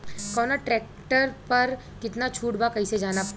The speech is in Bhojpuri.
कवना ट्रेक्टर पर कितना छूट बा कैसे जानब?